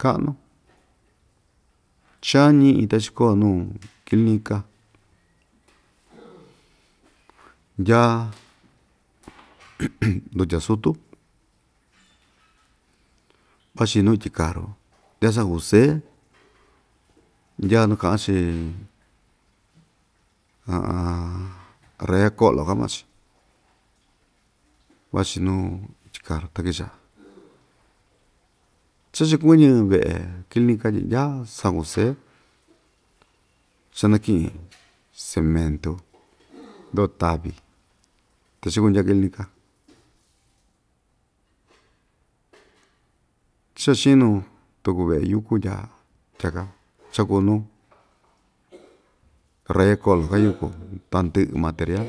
Ka'nu chañi'i ta ichikó nuu clinica ndya ndutya sútu vachi nuu ityi karu ndya sakusé ndya nu ka'an‑chi raya ko'lo ka'an maa‑chi vachi nuu ityi karu ta kicha chachikuɨñɨ ve'e clinica tyi ndya sakusé chanaki'in sementu ndo'o tavi ta chikundya clinica cha ichinu tuku ve'e yúku ndya tyaka cha kuu nuu raya ko'lo kayuku tandɨ'ɨ material